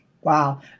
Wow